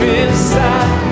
inside